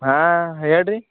ಹಾಂ ಹೇಳ್ರಿ